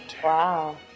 Wow